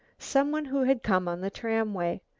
some one who had come on the tramway.